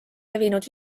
levinud